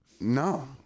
No